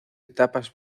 etapas